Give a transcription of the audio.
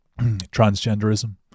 transgenderism